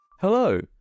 Hello